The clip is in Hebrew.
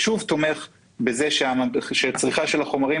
זה שוב תומך בכך שצריכה של החומרים